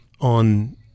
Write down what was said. on –